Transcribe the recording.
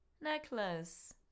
necklace